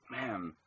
man